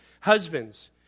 Husbands